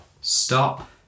stop